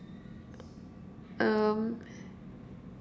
um